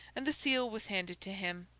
and the seal was handed to him,